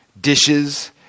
dishes